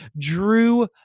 drew